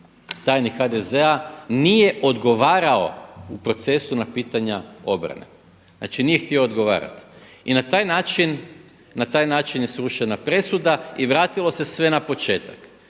tajnik HDZ-a nije odgovarao u procesu na pitanja obrane. Znači, nije htio odgovarati. I na taj način je srušena presuda i vratilo se sve na početak.